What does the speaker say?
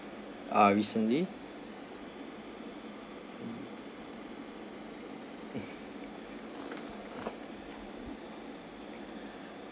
uh recently